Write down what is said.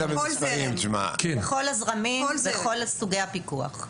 לכל הזרמים ולכל סוגי הפיקוח.